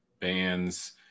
bands